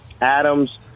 Adams